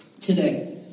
today